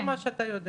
כן, זה מה שאתה יודע.